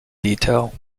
detail